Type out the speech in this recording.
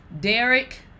Derek